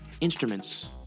instruments